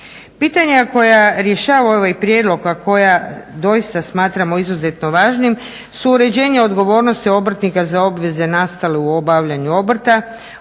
Pitanja koja rješava ovaj prijedlog a koja doista smatramo izuzetno važnim su uređenje odgovornosti obrtnika za obveze nastale u obavljanju obrta,